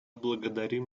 благодарим